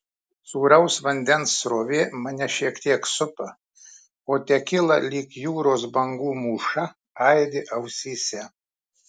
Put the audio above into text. sūraus vandens srovė mane šiek tiek supa o tekila lyg jūros bangų mūša aidi ausyse